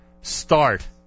start